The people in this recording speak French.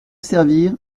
servir